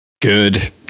Good